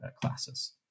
classes